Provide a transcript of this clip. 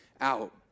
out